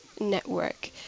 network